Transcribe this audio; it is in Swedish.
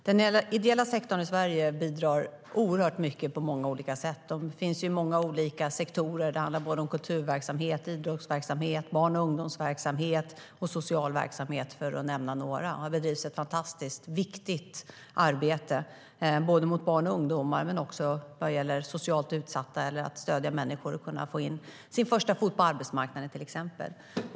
Herr talman! Den ideella sektorn i Sverige bidrar oerhört mycket på många olika sätt. Det finns många olika sektorer. Det handlar om kulturverksamhet, idrottsverksamhet, barn och ungdomsverksamhet och social verksamhet, för att nämna några. Här bedrivs ett fantastiskt, viktigt arbete både med barn och ungdomar men också vad gäller socialt utsatta eller med att stödja människor att till exempel kunna få in en första fot på arbetsmarknaden.